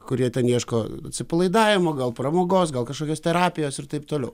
kurie ten ieško atsipalaidavimo gal pramogos gal kažkokios terapijos ir taip toliau